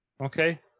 Okay